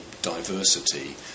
diversity